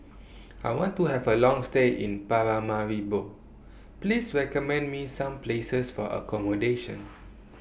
I want to Have A Long stay in Paramaribo Please recommend Me Some Places For accommodation